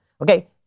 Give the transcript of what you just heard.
okay